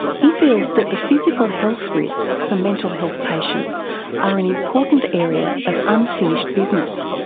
he feels that the physical health risks for mental health patients are an important area of unfinished business.